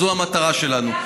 זו המטרה שלנו.